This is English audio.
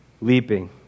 leaping